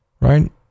right